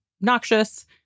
noxious